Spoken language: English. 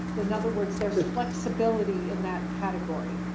in other words there's flexibility in that category.